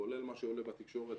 כולל מה שעולה בתקשורת,